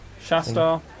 Shasta